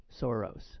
soros